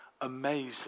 amazing